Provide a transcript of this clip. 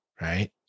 right